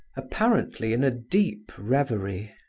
apparently in a deep reverie.